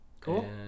Cool